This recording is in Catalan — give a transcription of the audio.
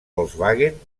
volkswagen